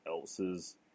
else's